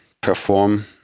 perform